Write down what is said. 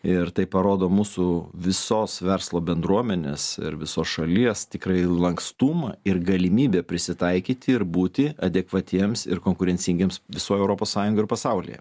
ir tai parodo mūsų visos verslo bendruomenės ir visos šalies tikrai lankstumą ir galimybę prisitaikyti ir būti adekvatiems ir konkurencingiems visoj europos sąjungoj ir pasaulyje